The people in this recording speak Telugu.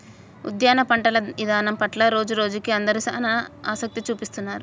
ఉద్యాన పంటల ఇదానం పట్ల రోజురోజుకీ అందరూ చానా ఆసక్తి చూపిత్తున్నారు